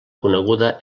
coneguda